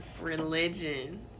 religion